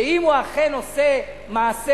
שאם הוא אכן עושה מעשה